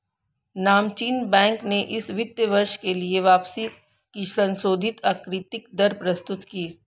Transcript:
नामचीन बैंक ने इस वित्त वर्ष के लिए वापसी की संशोधित आंतरिक दर प्रस्तुत की